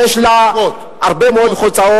שיש לה הרבה מאוד הוצאות,